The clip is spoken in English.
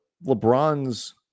LeBron's